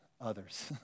others